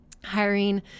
hiring